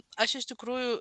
aš iš tikrųjų